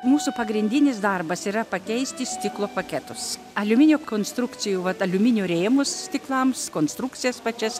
mūsų pagrindinis darbas yra pakeisti stiklo paketus aliuminio konstrukcijų vat aliuminio rėmus stiklams konstrukcijas pačias